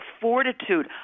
fortitude